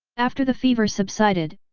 after the fever subsided,